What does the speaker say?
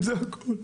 זה הכול.